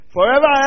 Forever